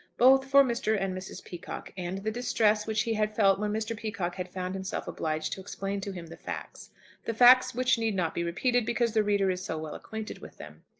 both for mr. and mrs. peacocke, and the distress which he had felt when mr. peacocke had found himself obliged to explain to him the facts the facts which need not be repeated, because the reader is so well acquainted with them.